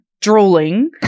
drooling